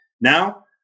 Now